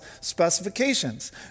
specifications